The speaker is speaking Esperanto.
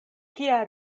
kia